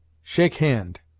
shake hand.